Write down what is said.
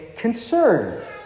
Concerned